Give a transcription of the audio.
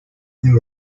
there